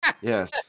yes